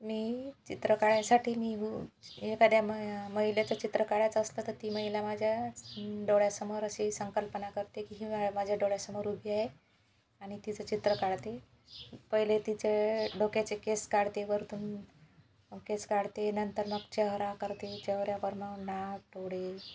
मी चित्र काळायसाटी मी एकाद्या म मयलेचं चित्र काळायचं असतं तर ती मयला माज्या डोळ्यासमोर असी संकल्पना करते की ही माय माज्या डोळ्यासमोर उभी आय आनि तिचं चित्र काळते पयले तिचं डोक्याचे केस काडते वरतून केस काडते नंतर मग चेहरा करते चेयऱ्यावरनं नाक डोडे